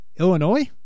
Illinois